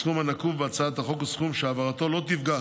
הסכום הנקוב בהצעת החוק הוא סכום שהעברתו לא תפגע